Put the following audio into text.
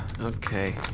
Okay